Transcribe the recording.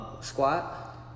Squat